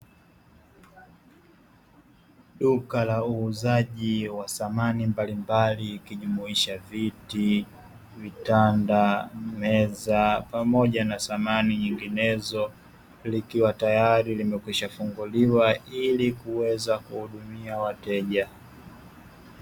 Duka la uuzaji wa samani mbalimbali ikijumuisha: viti, vitanda, meza pamoja na samani nyinginezo; likiwa tayari limekwisha funguliwa ili kuweza kuhudumia wateja.